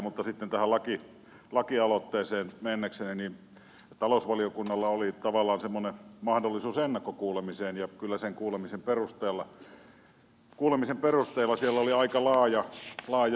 mutta sitten tähän lakialoitteeseen mennäkseni talousvaliokunnalla oli tavallaan semmoinen mahdollisuus ennakkokuulemiseen ja kyllä sen kuulemisen perusteella siellä oli aika laaja joukkio